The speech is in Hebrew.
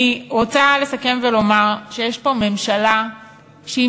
אני רוצה לסכם ולומר שיש פה ממשלה שהיא